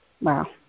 Wow